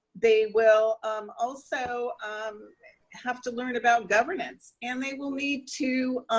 they will um also um have to learn about governance and they will need to,